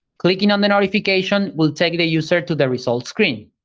clicking on the notification will take the user to the results screen.